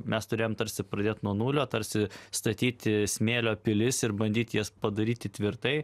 mes turėjom tarsi pradėt nuo nulio tarsi statyti smėlio pilis ir bandyt jas padaryti tvirtai